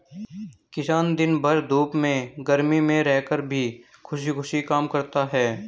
किसान दिन भर धूप में गर्मी में रहकर भी खुशी खुशी काम करता है